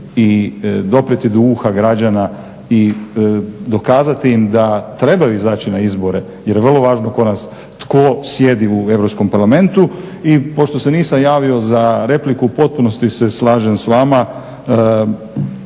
i doprijeti do uha građana i dokazati im da trebaju izaći na izbore jer je vrlo važno tko sjedi u Europskom parlamentu. I pošto se nisam javio za repliku, u potpunosti se slažem s vama